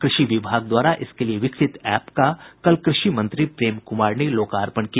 कृषि विभाग द्वारा इसके लिए विकसित एप का कल कृषि मंत्री प्रेम कुमार ने लोकार्पण किया